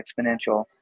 Exponential